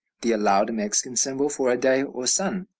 the allowed mexican symbol for a day or sun.